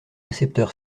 récepteur